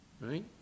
Right